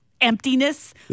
emptiness